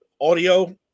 Audio